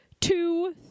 two